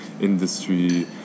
industry